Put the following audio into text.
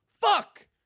Fuck